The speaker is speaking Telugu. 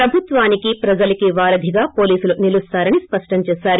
ప్రభుత్వానికి ప్రజలకి వారధిగా పోలీసులు నిలుస్తారన్ స్పష్టం చేసారు